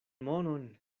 monon